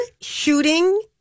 Shooting